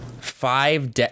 Five